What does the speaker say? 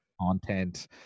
content